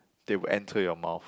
they would enter your mouth